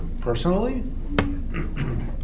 personally